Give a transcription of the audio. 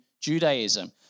Judaism